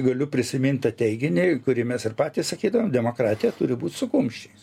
galiu prisimint tą teiginį kurį mes ir patys sakydavom demokratija turi būt su kumščiais